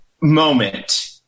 moment